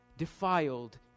defiled